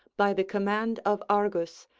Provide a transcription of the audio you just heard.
by the command of argus,